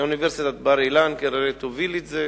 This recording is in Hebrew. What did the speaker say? אוניברסיטת בר-אילן כנראה תוביל את זה.